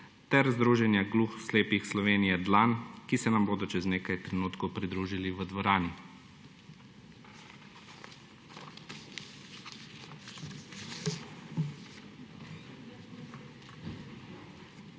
ter Združenja gluho slepih Slovenije Dlan, ki se nam bodo čez nekaj trenutkov pridružili v dvorani.